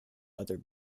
other